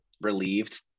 relieved